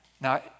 Now